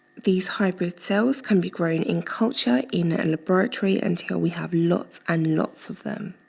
these hybrid cells can be grown in culture in a laboratory, and here we have lots and lots of them.